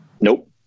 Nope